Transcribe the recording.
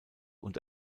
und